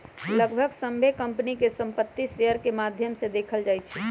लगभग सभ्भे कम्पनी के संपत्ति शेयर के माद्धम से देखल जाई छई